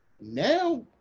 Now